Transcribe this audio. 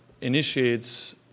initiates